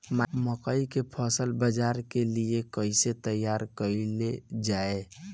मकई के फसल बाजार के लिए कइसे तैयार कईले जाए?